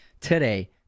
today